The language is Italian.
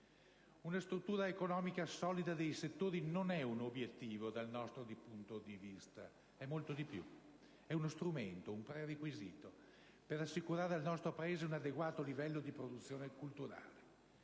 una struttura economica solida dei settori non è un obiettivo, dal nostro punto di vista, è molto di più: è uno strumento, un prerequisito per assicurare al nostro Paese un adeguato livello di produzione culturale.